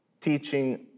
teaching